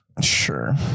sure